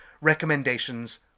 recommendations